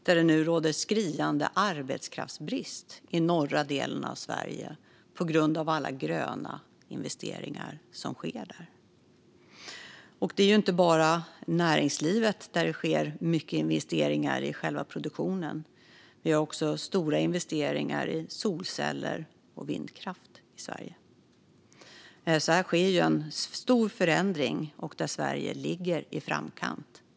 Det råder nu skriande arbetskraftsbrist i norra delen av Sverige på grund av alla gröna investeringar som sker där. Det handlar inte bara om näringslivet, där det sker mycket investeringar i själva produktionen. Vi har också stora investeringar i solceller och vindkraft i Sverige. Här sker alltså en stor förändring, där Sverige ligger i framkant.